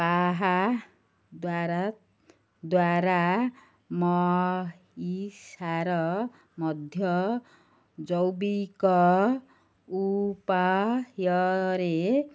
ତାହା ଦ୍ୱାର ଦ୍ୱାରା ସାର ମଧ୍ୟ ଜୈବିକ ଉପାୟରେ